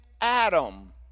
Adam